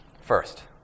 first